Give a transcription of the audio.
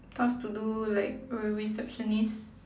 tasked to do like a receptionist